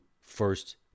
first